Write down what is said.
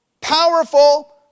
powerful